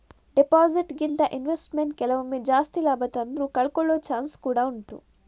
deposit ಗಿಂತ investment ಕೆಲವೊಮ್ಮೆ ಜಾಸ್ತಿ ಲಾಭ ತಂದ್ರೂ ಕಳ್ಕೊಳ್ಳೋ ಚಾನ್ಸ್ ಕೂಡಾ ಉಂಟು